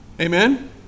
Amen